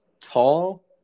tall